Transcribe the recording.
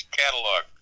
catalog